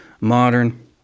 modern